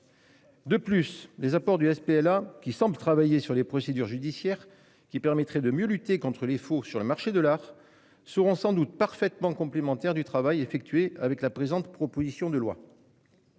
De plus, les apports du CSPLA, qui semble travailler sur les procédures judiciaires qui permettraient de mieux lutter contre les faux sur le marché de l'art, seront sans doute parfaitement complémentaires avec le travail effectué sur la présente proposition de loi.